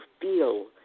feel